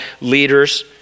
leaders